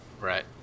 Right